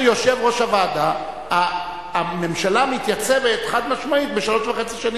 אומר יושב-ראש הוועדה שהממשלה מתייצבת חד-משמעית בשלוש שנים וחצי.